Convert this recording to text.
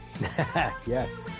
yes